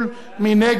מי נגד?